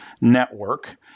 network